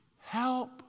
Help